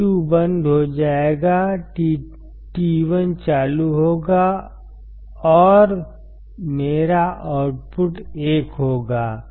T2 बंद हो जाएगा T1 चालू होगा और मेरा आउटपुट 1 होगा